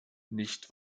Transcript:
nicht